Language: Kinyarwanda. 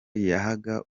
yahaga